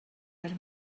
per